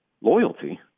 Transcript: loyalty